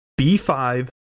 B5